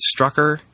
Strucker